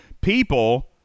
People